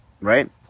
right